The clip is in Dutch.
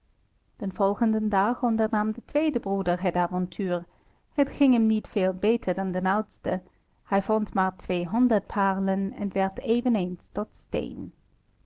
den volgenden dag ondernam de tweede broeder het avontuur het ging hem niet veel beter dan den oudste hij vond maar tweehonderd paarlen en werd eveneens tot steen